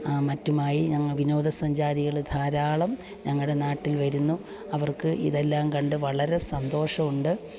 മറ്റുമായി വിനോദസഞ്ചാരികൾ ധാരാളം ഞങ്ങളുടെ നാട്ടിൽ വരുന്നു അവർക്ക് ഇതെല്ലാം കണ്ടു വളരെ സന്തോഷമുണ്ട്